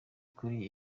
ukuri